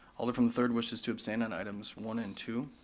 alder from the third wishes to abstain on items one and two.